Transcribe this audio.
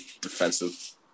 defensive